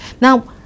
Now